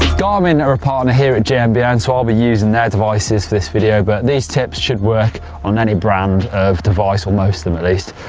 garmin are a partner here at gmbn so i'll be using their devices for this video but these tips should work on any brand of device or most of them at least.